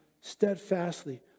steadfastly